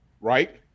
Right